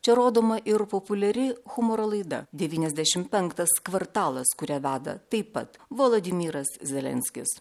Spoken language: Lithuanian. čia rodoma ir populiari humoro laida devyniasdešim penktas kvartalas kurią veda taip pat vladimiras zelenskis